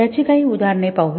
याची काही उदाहरणे पाहूया